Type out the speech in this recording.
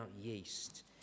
yeast